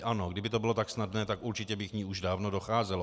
Ano, kdyby to bylo tak snadné, tak určitě by k ní už dávno docházelo.